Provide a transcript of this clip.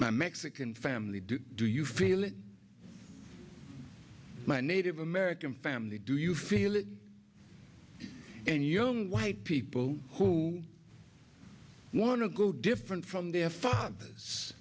my mexican family do do you feel it my native american family do you feel it in your own way people who want to go different from their fathers